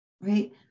Right